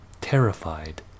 terrified